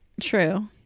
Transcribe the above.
True